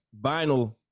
vinyl